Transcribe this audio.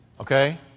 Okay